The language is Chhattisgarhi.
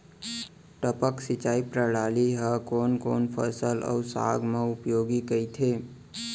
टपक सिंचाई प्रणाली ह कोन कोन फसल अऊ साग म उपयोगी कहिथे?